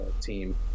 Team